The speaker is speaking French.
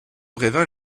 brevin